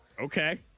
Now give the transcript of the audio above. okay